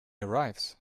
arrives